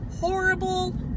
horrible